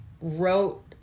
wrote